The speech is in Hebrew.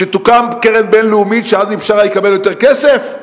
שתוקם קרן בין-לאומית שעזמי בשארה יקבל יותר כסף?